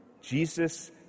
Jesus